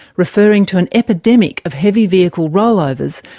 referring to an epidemic of heavy vehicle rollovers,